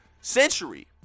century